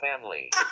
family